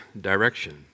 direction